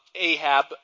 Ahab